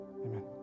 Amen